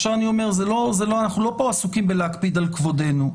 אנחנו לא עסוקים בלהקפיד על כבודנו,